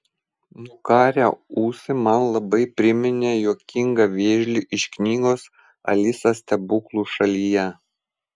nukarę ūsai man labai priminė juokingą vėžlį iš knygos alisa stebuklų šalyje